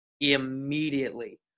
immediately